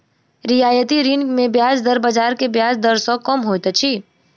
रियायती ऋण मे ब्याज दर बाजार के ब्याज दर सॅ कम होइत अछि